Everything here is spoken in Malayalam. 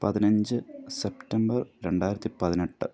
പതിനഞ്ച് സെപ്റ്റംബർ രണ്ടായിരത്തി പതിനെട്ട്